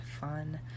fun